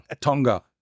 Tonga